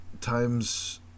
Times